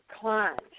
clients